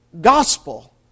gospel